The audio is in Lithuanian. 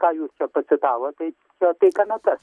ką jūs čia pacitavot tai čia apie kanapes